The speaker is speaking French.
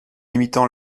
imitant